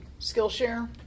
Skillshare